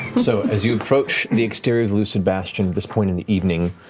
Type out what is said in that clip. so as you approach the exterior of lucid bastion at this point in the evening,